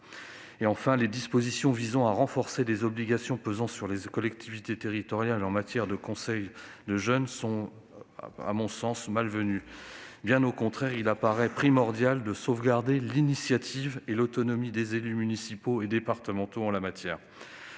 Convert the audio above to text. Enfin, les dispositions visant à renforcer les obligations pesant sur les collectivités territoriales en matière de conseils de jeunes sont, à mon sens, malvenues. Bien au contraire, il apparaît primordial de sauvegarder l'initiative et l'autonomie des élus municipaux et départementaux en la matière.